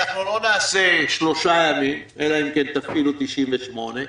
לא נעשה שלושה ימים אלא אם כן תפעילו את 98,